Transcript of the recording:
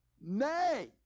Nay